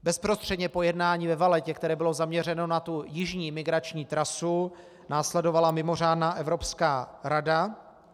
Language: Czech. Bezprostředně po jednání ve Vallettě, které bylo zaměřeno na tu jižní migrační trasu, následovala mimořádná Evropská rada.